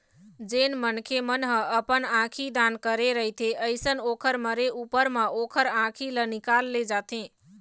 जेन मनखे मन ह अपन आंखी दान करे रहिथे अइसन ओखर मरे ऊपर म ओखर आँखी ल निकाल ले जाथे